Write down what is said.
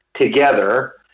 together